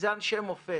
אלה אנשי מופת